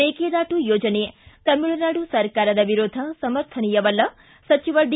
ಮೇಕೆದಾಟು ಯೋಜನೆ ತಮಿಳುನಾಡು ಸರ್ಕಾರದ ವಿರೋಧ ಸಮರ್ಥನಿಯವಲ್ಲ ಸಚಿವ ಡಿ